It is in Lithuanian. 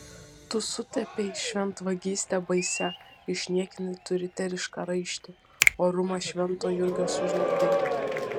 tu sutepei šventvagyste baisia išniekinai tu riterišką raištį orumą švento jurgio sužlugdei